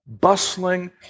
bustling